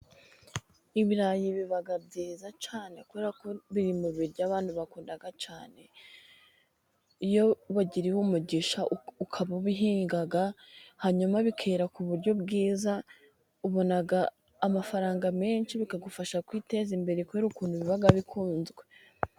Ibirayi biba byiza cyane kuberako biri mu biryo abantu bakunda cyane, iyo wagiriwe umugisha ukaba ubihinga hanyuma bikera ku buryo bwiza ubona amafaranga menshi bikagufasha kwiteza imbere, kubera ukuntu biba bikunzwe.